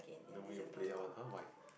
then when you play on [huh] why